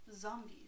Zombies